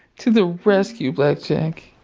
to the rescue, blackjack.